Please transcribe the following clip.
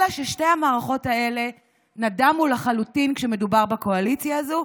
אלא ששתי המערכות האלה נדמו לחלוטין כשמדובר בקואליציה הזו.